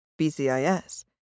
BCIS